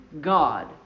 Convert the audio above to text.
God